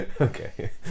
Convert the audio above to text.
Okay